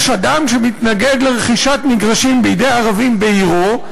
יש אדם שמתנגד לרכישת מגרשים בידי ערבים בעירו,